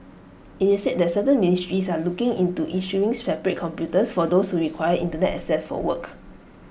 IT is said that certain ministries are looking into issuing separate computers for those who require Internet access for work